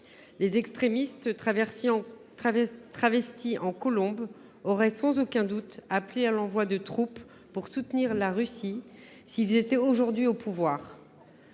Les extrémistes, travestis en colombes, auraient sans aucun doute appelé à l’envoi de troupes pour soutenir la Russie s’ils étaient aujourd’hui au pouvoir.